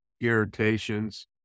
irritations